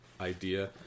Idea